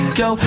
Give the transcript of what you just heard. go